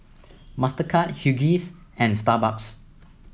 Mastercard Huggies and Starbucks